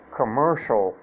commercial